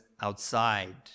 outside